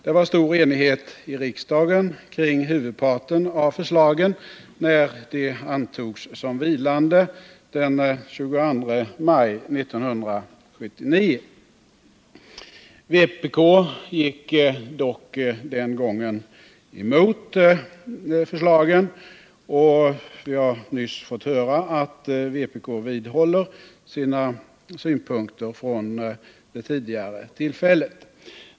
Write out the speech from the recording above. Det var stor enighet i riksdagen kring. huvudparten av förslagen när de antogs som vilande den 22 maj 1979. Vpk gick dock den gången emot förslagen, och vi har nyss fått höra att vpk vidhåller sina synpunkter från det tidigare tillfället.